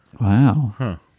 Wow